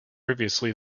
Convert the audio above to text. previously